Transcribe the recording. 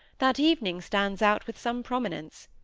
that evening stands out with some prominence.